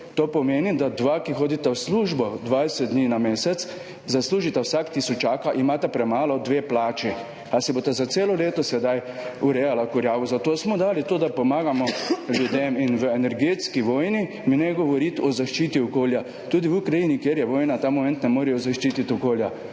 To pomeni da dva, ki hodita v službo 20 dni na mesec, zaslužita vsak tisočaka, imata premalo dve plači. Ali si bosta za celo leto sedaj urejala kurjavo? Zato smo dali to, da pomagamo ljudem in v energetski vojni mi ne govoriti o zaščiti okolja. Tudi v Ukrajini, kjer je vojna, ta moment ne morejo zaščititi okolja,